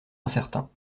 incertain